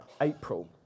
April